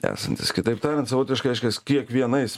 esantis kitaip tariant savotiškai reiškias kiekvienais